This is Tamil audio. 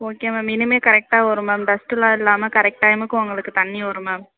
ஓகே மேம் இனிமேல் கரெக்டாக வரும் மேம் டஸ்ட்டெல்லாம் இல்லாமல் கரெக்ட் டைமுக்கு உங்களுக்கு தண்ணி வரும் மேம்